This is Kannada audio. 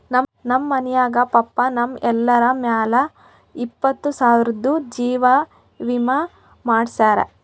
ನಮ್ ಮನ್ಯಾಗ ಪಪ್ಪಾ ನಮ್ ಎಲ್ಲರ ಮ್ಯಾಲ ಇಪ್ಪತ್ತು ಸಾವಿರ್ದು ಜೀವಾ ವಿಮೆ ಮಾಡ್ಸ್ಯಾರ